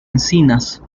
encinas